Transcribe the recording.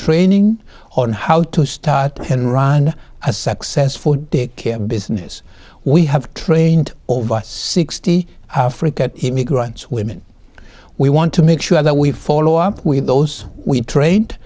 training on how to start and run a successful day care business we have trained over sixty african immigrants women we want to make sure that we follow up with those we've trained